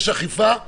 יש אכיפה רגילה,